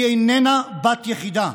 היא איננה בת יחידה.